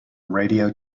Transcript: radio